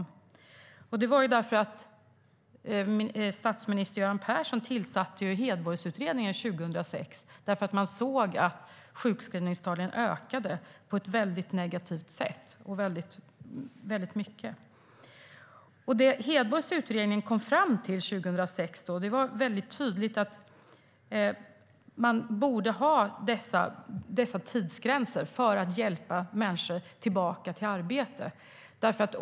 Det var för att statsminister Göran Persson tillsatte Hedborgsutredningen 2006 eftersom man såg att sjukskrivningstalen ökade på ett väldigt negativt sätt och väldigt mycket. Det Hedborgs utredning kom fram till 2006 var väldigt tydligt. Man borde ha dessa tidsgränser för att hjälpa människor tillbaka till arbete.